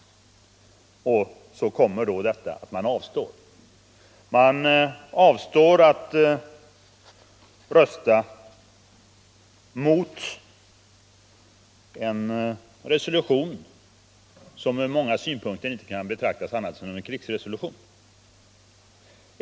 Så kommer då detta: man avstår. Man avstår från att rösta mot en resolution som från många synpunkter inte kan betraktas annat än som en krigsresolution.